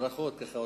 ברכות לך.